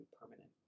permanent